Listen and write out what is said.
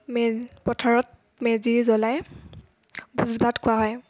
মে পথাৰত মেজি জ্ৱলাই ভোজ ভাত খোৱা হয়